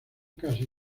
casi